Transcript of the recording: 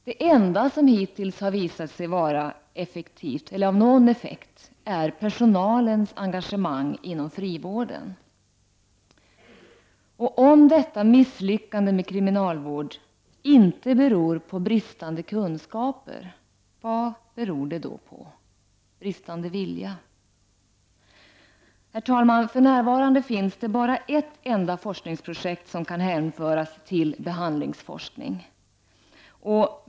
Det enda som hittills visat sig ha någon effekt är personalens engagemang inom frivården. Om kriminalvårdens misslyckande inte beror på bristande kunskaper, vad beror det då på? På bristande vilja? Herr talman! För närvarande finns bara ett forskningsprojekt som kan hänföras till behandlingsforskning.